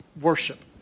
worship